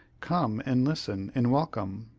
come and listen in welcome.